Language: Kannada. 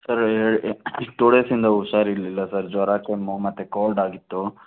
ಸರ್ ಟು ಡೇಸಿಂಯಿಂದ ಹುಷಾರ್ ಇರಲಿಲ್ಲ ಸರ್ ಜ್ವರ ಕೆಮ್ಮು ಮತ್ತು ಕೋಲ್ಡ್ ಆಗಿತ್ತು